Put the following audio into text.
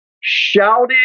shouted